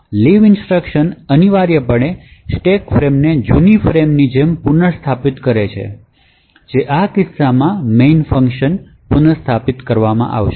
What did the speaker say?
leave instruction અનિવાર્યપણે stack ફ્રેમને જૂની ફ્રેમની જેમ પુનર્સ્થાપિત કરે છે કે જે આ કિસ્સામાં મેઇન ફંકશન પુન સ્થાપિત કરવામાં આવે છે